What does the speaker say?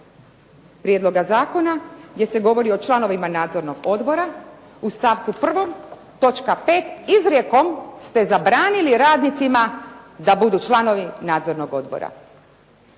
prijedloga zakona gdje se govori o članovima nadzornog odbora u stavku 1. točka 5. izrijekom ste zabranili radnicima da budu članovi nadzornoga odbora.